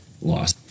loss